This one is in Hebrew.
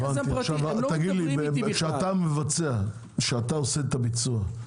כשאתה עושה את הביצוע,